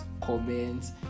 comments